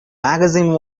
magazine